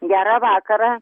gerą vakarą